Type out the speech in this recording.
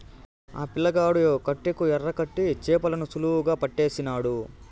ఆ పిల్లగాడు కట్టెకు ఎరకట్టి చేపలను సులువుగా పట్టేసినాడు